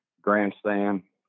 grandstand